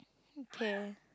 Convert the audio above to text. okay